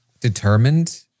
determined